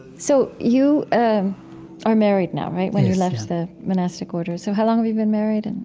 so you are married now, right, when you left the monastic order. so how long have you been married? and